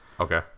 Okay